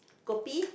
kopi